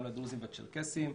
גם לדרוזים והצ'רקסיים.